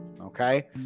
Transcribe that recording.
Okay